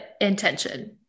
intention